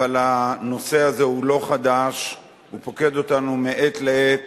אבל הנושא הזה הוא לא חדש, הוא פוקד אותנו מעת לעת